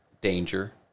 danger